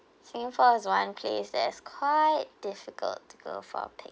singapore is one place that is quite difficult to go for a picnic